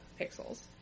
pixels